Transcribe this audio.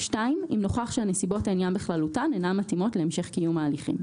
אם נוכח שנסיבות העניין בכללותן אינן מתאימות להמשך קיום ההליכים.